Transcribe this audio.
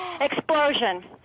Explosion